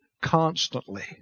constantly